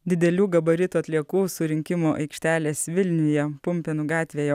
didelių gabaritų atliekų surinkimo aikštelės vilniuje pumpėnų gatvėje